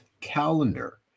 Calendar